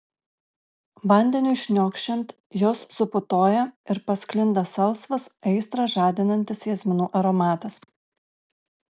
vandeniui šniokščiant jos suputoja ir pasklinda salsvas aistrą žadinantis jazminų aromatas